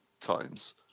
times